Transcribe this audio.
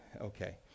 Okay